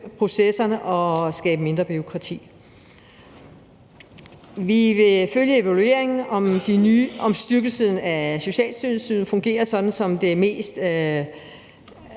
processerne og skabe mindre bureaukrati. Vi vil følge evalueringen af, om styrkelsen af Socialtilsynet fungerer sådan, som det er